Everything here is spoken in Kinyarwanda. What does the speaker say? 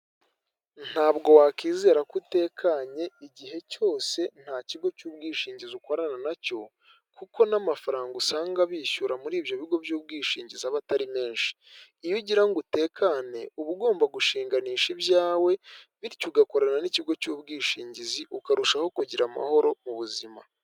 Ntabwo wakwizera ko utekanye igihe cyose nta kigo cy'ubwishingizi ukorana nacyo, kuko n'amafaranga usanga bishyura muri ibyo bigo by'ubwishingizi aba atari menshi, iyo ugira ngo utekane uba ugomba gushinganisha ibyawe bityo ugakorana n'ikigo cy'ubwishingizi ukarushaho kugira amahoro ubuzima.